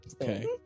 okay